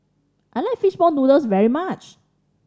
I like fish ball noodles very much